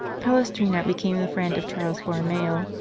palestrina became the friend of charles borromeo,